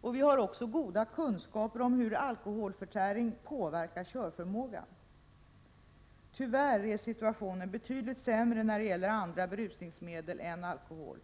och vi har också goda kunskaper om hur alkoholförtäring påverkar körförmågan. Tyvärr är situationen betydligt sämre när det gäller andra berusningsmedel än alkohol.